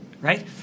Right